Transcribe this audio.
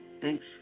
Thanks